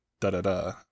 da-da-da